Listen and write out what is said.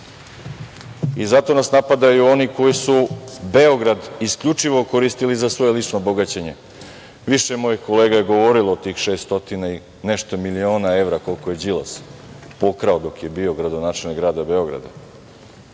Zato nas napadaju oni koji su Beograd isključivo koristili za svoje lično bogaćenje. Više mojih kolega je govorilo o tih 600 i nešto miliona evra koliko je Đilas pokrao dok je bio gradonačelnik grada